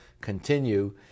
continue